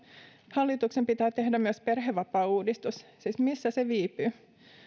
hallituksen pitää tehdä myös perhevapaauudistus siis missä se viipyy